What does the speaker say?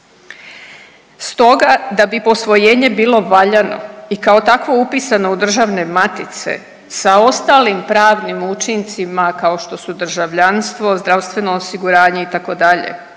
Stoga da bi posvojenje bilo valjano i kao takvo upisano u državne matice sa ostalim pravnim učincima kao što su državljanstvo, zdravstveno osiguranje itd.